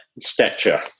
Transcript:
stature